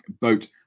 boat